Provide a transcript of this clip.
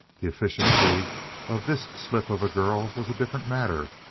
the efficiency of this slip of a girl was a different matter,